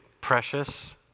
precious